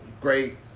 great